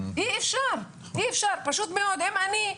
אי אפשר, פשוט מאוד אם אני כעובדת,